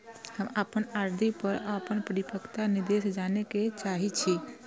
हम अपन आर.डी पर अपन परिपक्वता निर्देश जाने के चाहि छी